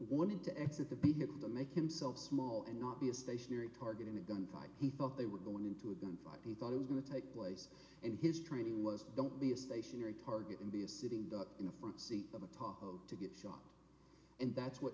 wanted to exit the vehicle to make himself small and not be a stationary target in a gunfight he thought they were going into a gunfight he thought it was going to take place in his training was don't be a stationary target and be a sitting duck in the front seat of a top to get shot and that's what